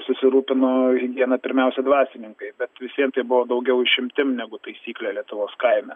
susirūpino vieną pirmiausia dvasininkai bet visiem tai buvo daugiau išimtim negu taisyklė lietuvos kaime